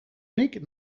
nik